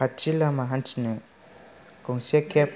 खाथि लामा हान्थिनो गंसे केब